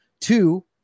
Two